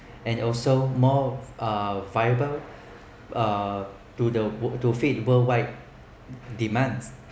and also more a wider uh to the uh to feed worldwide demands